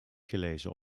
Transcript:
gelezen